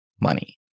money